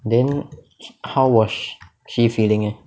then how was she feeling eh